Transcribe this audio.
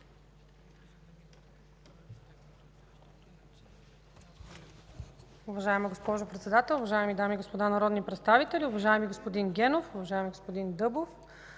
Уважаема госпожо Председател, уважаеми дами и господа народни представители! Уважаеми господин Генов, уважаеми господин Дъбов,